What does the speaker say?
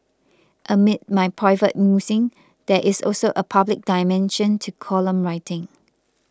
amid my private musings there is also a public dimension to column writing